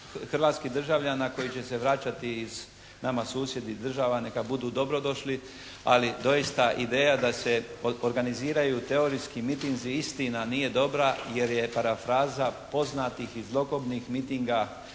hrvatskih državljana koji će se vraćati iz nama susjednih država. Neka budu dobrodošli. Ali doista ideja da se organiziraju teorijski mitinzi, istina, nije dobra. Jer je parafraza poznatih i zlokobnih mitinga